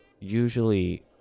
usually